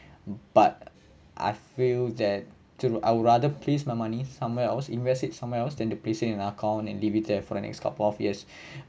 but I feel that to I would rather place my money somewhere else invest it somewhere else than to place it in a account and leave it there for the next couple of years